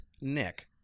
Nick